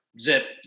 Zip